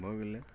भऽ गेलय